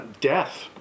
death